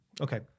okay